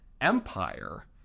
empire